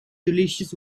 delicious